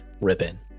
ribbon